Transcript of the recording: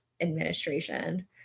administration